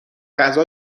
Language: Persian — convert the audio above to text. غذا